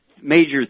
major